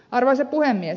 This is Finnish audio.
arvoisa puhemies